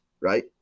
right